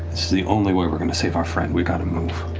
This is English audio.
this is the only way we're going to save our friend. we got to move.